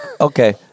Okay